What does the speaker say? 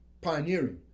pioneering